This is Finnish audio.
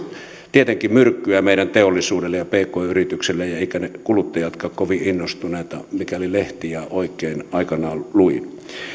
tietenkin myrkkyä teollisuudelle ja pk yrityksille eivätkä kuluttajatkaan kovin innostuneet mikäli lehtiä oikein aikanaan luin